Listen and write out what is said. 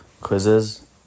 quizzes